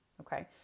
Okay